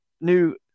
new